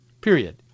period